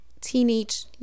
teenage